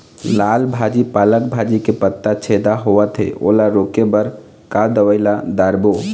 लाल भाजी पालक भाजी के पत्ता छेदा होवथे ओला रोके बर का दवई ला दारोब?